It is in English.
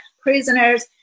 prisoners